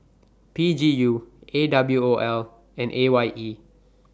P G U A W O L and A Y E